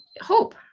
hope